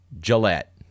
Gillette